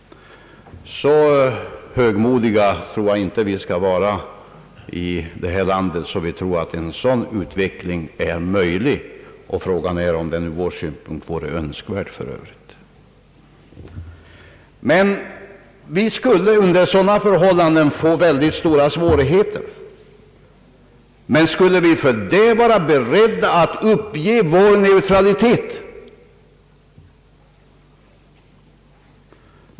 Så högmodiga tror jag inte vi skall vara här i landet att vi föreställer oss att en sådan utveckling är möjlig; och frågan är om den ur vår synpunkt för övrigt vore önskvärd. Vi skulle under sådana förhållanden få väldigt stora svårigheter — men borde vi fördenskull vara beredda att uppge vår neutralitet?